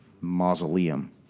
mausoleum